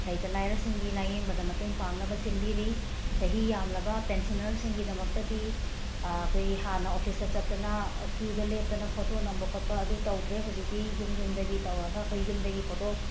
ꯂꯩꯇ ꯂꯏꯔꯁꯤꯡꯒꯤ ꯂꯥꯌꯦꯡꯕꯗ ꯃꯇꯦꯡ ꯄꯥꯡꯅꯕ ꯁꯤꯟꯕꯤꯔꯤ ꯆꯍꯤ ꯌꯥꯝꯂꯕ ꯄꯦꯟꯁꯤꯟꯅꯔꯁꯤꯡꯒꯤꯗꯃꯛꯇꯗꯤ ꯑꯩꯈꯣꯏꯒꯤ ꯍꯥꯟꯅ ꯑꯣꯐꯤꯁꯇ ꯆꯠꯇꯅ ꯀ꯭ꯌꯨꯗ ꯂꯦꯞꯇꯅ ꯐꯣꯇꯣ ꯅꯝꯕ ꯈꯣꯠꯄ ꯑꯗꯨ ꯇꯧꯗ꯭ꯔꯦ ꯍꯧꯖꯤꯛꯇꯤ ꯌꯨꯝ ꯌꯨꯝꯗꯒꯤ ꯇꯧꯔꯒ ꯑꯩꯈꯣꯏ ꯌꯨꯝꯗꯒꯤ ꯐꯣꯇꯣ